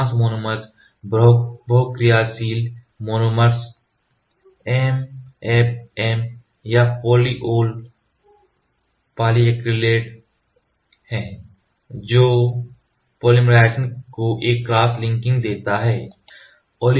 अधिकांश मोनोमर बहुक्रियाशील monomers MFM या पॉलीओल पॉली एक्रिलेट्स हैं जो पॉलीमराइज़ेशन को एक क्रॉस लिंकिंग देता है